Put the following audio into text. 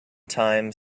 time